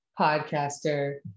podcaster